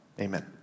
Amen